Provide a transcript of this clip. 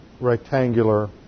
rectangular